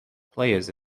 players